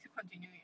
still continuing